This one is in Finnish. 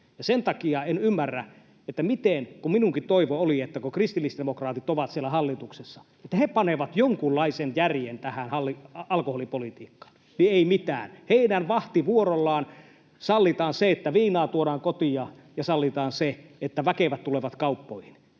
Sen takia en ymmärrä, kun minunkin toivoni oli, että kun kristillisdemokraatit ovat siellä hallituksessa, niin he panevat jonkunlaisen järjen tähän alkoholipolitiikkaan, niin ei mitään. Heidän vahtivuorollaan sallitaan se, että viinaa tuodaan kotiin, ja sallitaan se, että väkevät tulevat kauppoihin.